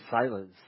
sailors